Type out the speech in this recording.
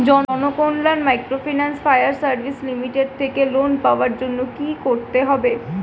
Janakalyan microfinance fire service limited থেকে loan পাওয়ার জন্য কি করতে হবে?